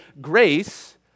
grace